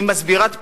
היא מסבירת פנים,